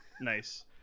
Nice